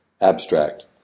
Abstract